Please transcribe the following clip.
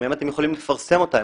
האם אתם יכולים לפרסם אותם?